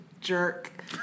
jerk